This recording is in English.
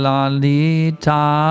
Lalita